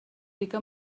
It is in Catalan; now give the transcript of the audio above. rica